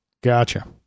Gotcha